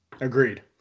Agreed